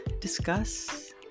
discuss